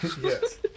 Yes